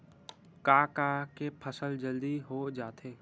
का का के फसल जल्दी हो जाथे?